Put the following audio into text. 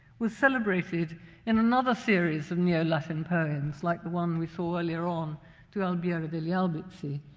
was celebrated in another series of neo-latin poems, like the one we saw earlier on to albieri degli albizzi,